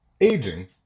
Aging